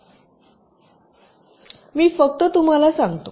मी फक्त तुम्हाला सांगते